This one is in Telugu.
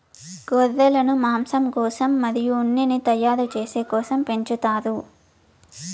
గొర్రెలను మాంసం కోసం మరియు ఉన్నిని తయారు చేసే కోసం పెంచుతారు